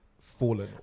fallen